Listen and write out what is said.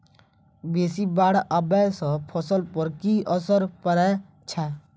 बेसी बाढ़ आबै सँ फसल पर की असर परै छै?